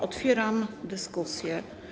Otwieram dyskusję.